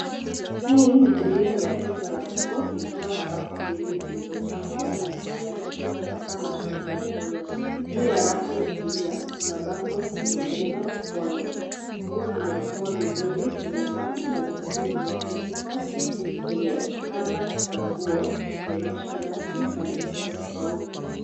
Hii ni sehemu ya duka la nguo ikiwa na rafu mbili zilizojaa nguo mbalimbali hasa mashati ya Polo. Juu ya rafu ya kulia, kuna bango lenye neno Polo. Nguo zimepangwa vizuri kwenye rafu na nyingine zimetandikwa kwenye kamba za nguo zikionyesha rangi na mitindo tofauti.